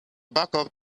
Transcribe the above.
backup